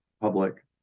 public